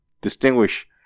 distinguish